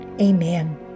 amen